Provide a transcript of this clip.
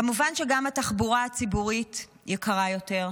כמובן שגם התחבורה הציבורית יקרה יותר,